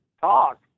talk